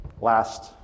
last